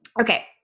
Okay